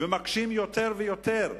ומקשים יותר ויותר.